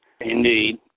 Indeed